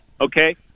Okay